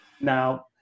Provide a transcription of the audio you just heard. Now